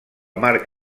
marc